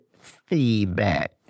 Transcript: feedback